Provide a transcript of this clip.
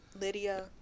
Lydia